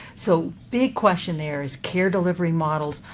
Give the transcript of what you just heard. so big question there is care delivery models,